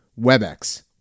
WebEx